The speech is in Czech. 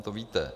To víte.